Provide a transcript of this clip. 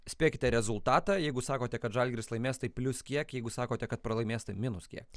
spėkite rezultatą jeigu sakote kad žalgiris laimės tai plius kiek jeigu sakote kad pralaimės tai minus kiek